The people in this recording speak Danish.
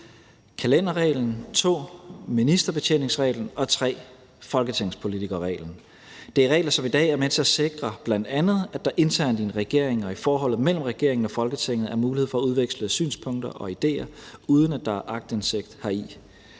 kalenderreglen, 2) ministerbetjeningsreglen og 3) folketingspolitikerreglen. Det er regler, som i dag bl.a. er med til at sikre, at der internt i en regering og i forholdet mellem regeringen og Folketinget er mulighed for at udveksle synspunkter og idéer, uden at der er aktindsigt heri.